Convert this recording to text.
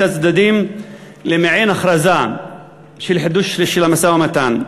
הצדדים למעין הכרזה על חידוש המשא-ומתן.